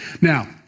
Now